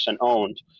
owned